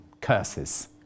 curses